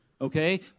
okay